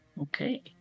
Okay